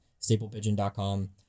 StaplePigeon.com